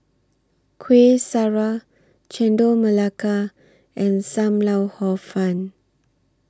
Kueh Syara Chendol Melaka and SAM Lau Hor Fun